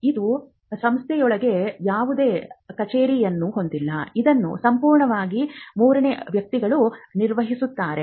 ಇದು ಸಂಸ್ಥೆಯೊಳಗೆ ಯಾವುದೇ ಕಚೇರಿಯನ್ನು ಹೊಂದಿಲ್ಲ ಇದನ್ನು ಸಂಪೂರ್ಣವಾಗಿ ಮೂರನೇ ವ್ಯಕ್ತಿಗಳು ನಿರ್ವಹಿಸುತ್ತಾರೆ